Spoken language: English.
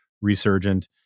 resurgent